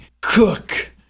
cook